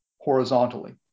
horizontally